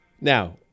Now